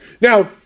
Now